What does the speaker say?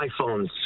iPhones